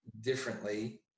differently